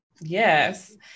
Yes